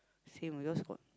same yours got